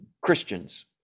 Christians